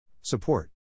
support